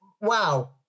wow